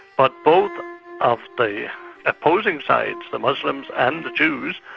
but both of the opposing sides, the muslims and the jews,